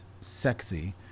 sexy